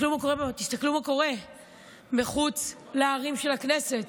תסתכלו מה קורה מחוץ להרים של הכנסת,